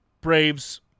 Braves